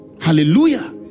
Hallelujah